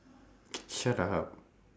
shut up